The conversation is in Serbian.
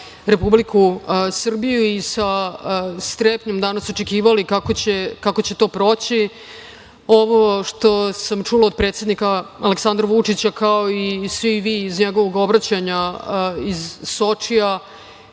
Republiku Srbiju i sa strepnjom danas očekivali kako će to proći. Ovo što sam čula od predsednika Aleksandra Vučića, kao i svi, iz njegovog obraćanja iz Sočija